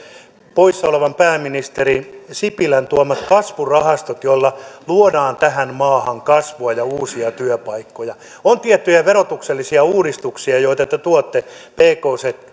poissa olevan pääministeri sipilän tuomat kasvurahastot joilla luodaan tähän maahan kasvua ja uusia työpaikkoja on tiettyjä verotuksellisia uudistuksia joita te tuotte pk